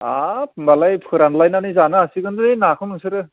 हाब होम्बालाय फोरानलायनानै जानो हासिगोनलै नाखौ नोंसोरो